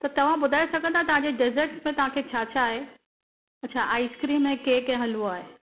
त तव्हां ॿुधाए सघंदा तव्हांखे डेजर्ट्स में तव्हांखे छा छा आहे अछा आइस्क्रिम ऐं केक ऐं हलवो आहे